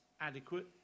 adequate